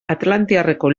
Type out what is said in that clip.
atlantiarreko